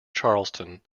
charlestown